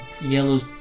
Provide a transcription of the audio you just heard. yellows